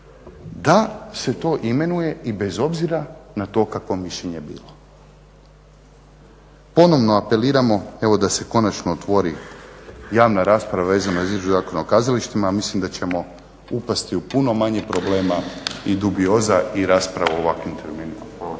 da se to imenuje i bez obzira na to kakvo mišljenje bilo. Ponovno apeliramo evo da se konačno otvori javna rasprava vezano između Zakona o kazalištima, a mislim da ćemo upasti u puno manje problema i dubioza i rasprava o ovakvim terminima.